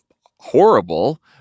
horrible